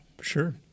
Sure